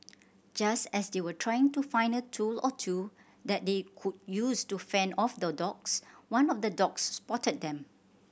just as they were trying to find a tool or two that they could use to fend off the dogs one of the dogs spotted them